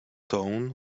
town